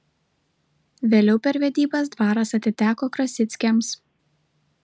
vėliau per vedybas dvaras atiteko krasickiams